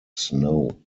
snow